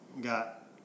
got